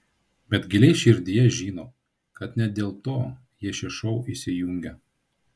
bet giliai širdyje žino kad ne dėl to jie šį šou įsijungia